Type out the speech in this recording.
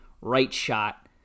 right-shot